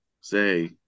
say